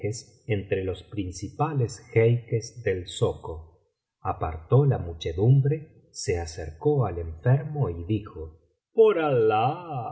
entre los principales jeiques del zoco apartó la muchedumbre se acercó al enfermo y dijo por alah